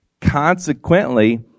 Consequently